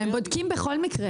הם בודקים בכל מקרה.